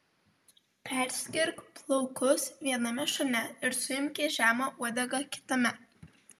perskirk plaukus viename šone ir suimk į žemą uodegą kitame